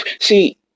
See